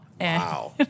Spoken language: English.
Wow